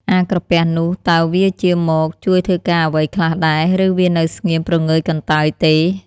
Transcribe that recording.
អាក្រពះនោះតើជាវាមក ជួយធ្វើការអ្វីខ្លះដែរ ឬវានៅស្ងៀមព្រងើយកន្តើយទេ ?